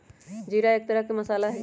जीरा एक तरह के मसाला हई